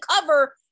cover